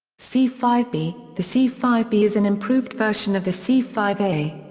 c five b the c five b is an improved version of the c five a.